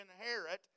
inherit